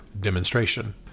demonstration